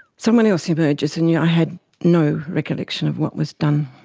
someone else emerges and yeah i had no recollection of what was done.